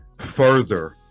further